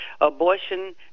abortion